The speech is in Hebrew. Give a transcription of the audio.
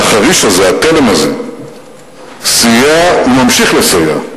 והחריש הזה, התלם הזה, סייע וממשיך לסייע,